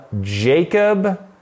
Jacob